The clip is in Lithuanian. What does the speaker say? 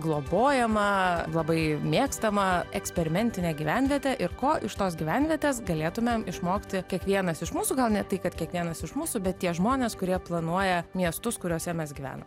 globojamą labai mėgstamą eksperimentinę gyvenvietę ir ko iš tos gyvenvietės galėtumėm išmokti kiekvienas iš mūsų gal ne tai kad kiekvienas už mūsų bet tie žmonės kurie planuoja miestus kuriuose mes gyvenam